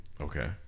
Okay